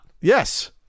Yes